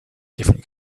different